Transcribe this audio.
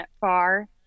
far